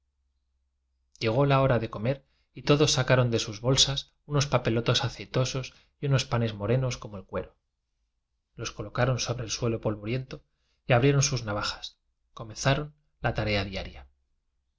llegó la hora de comer y todos sacaron de sus bolsas unos papelotes aceitosos y los panes morenos como de cuero los colocaron sobre el suelo polvoriento y abriendo sus navajas comenzaron la tarea diaria